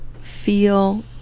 feel